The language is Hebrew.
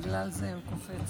בגלל זה הוא קופץ.